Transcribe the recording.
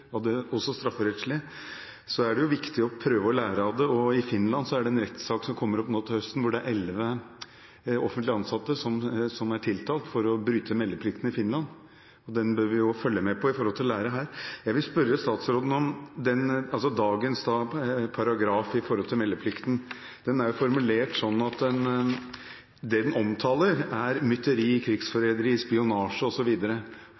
også strafferettslig, er det viktig å prøve å lære av det. I Finland er det en rettssak som settes opp nå til høsten, hvor det er elleve offentlig ansatte som er tiltalt for å bryte meldeplikten der, og den bør vi følge med på med hensyn til å lære her. Jeg vil spørre statsråden om dagens paragraf som gjelder meldeplikten. Den er formulert sånn at det den omtaler, er mytteri, krigsforræderi, spionasje